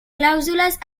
clàusules